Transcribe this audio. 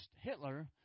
Hitler